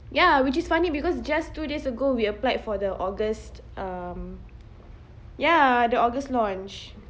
ya which is funny because just two days ago we applied for the august um ya the august launch